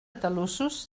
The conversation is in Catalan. talussos